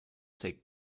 take